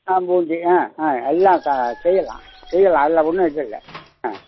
ஆ பூந்தி ஆ ஆ எல்லாம் ச செய்யலாம் செய்யலாம் அதில் ஒன்றும் இது இல்லை